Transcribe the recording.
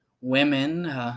women –